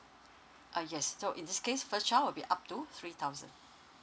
uh yes so in this case first child will be up to three thousand